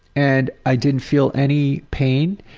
and i didn't feel any pain,